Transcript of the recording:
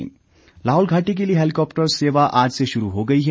helicopter Lahaul घाटी के लिए हेलीकॉप्टर सेवा आज से शुरू हो गई है